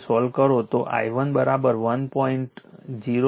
માટે સોલ્વ કરો તો i1 1